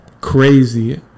crazy